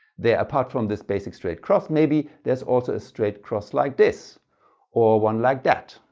there, apart from this basic straight cross maybe there's also a straight cross like this or one like that.